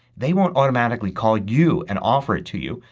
they won't automatically call you and offer it to you.